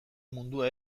mundua